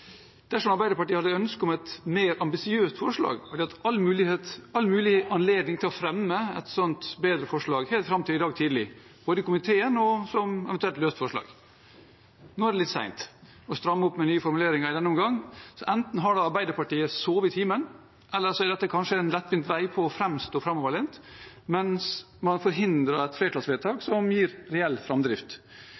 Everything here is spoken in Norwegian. Dersom Arbeiderpartiet hadde ønsket et mer ambisiøst forslag, har de hatt all mulig anledning til å fremme et slikt bedre forslag, helt fram til i dag tidlig – både i komiteen og eventuelt som et løst forslag. Nå er det litt sent å stramme opp med nye formuleringer i denne omgang, så enten har Arbeiderpartiet sovet i timen, eller så er dette kanskje en lettvint vei for å framstå som framoverlent mens man forhindrer et flertallsvedtak